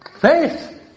Faith